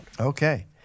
Okay